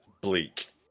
bleak